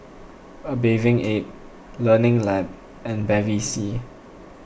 A Bathing Ape Learning Lab and Bevy C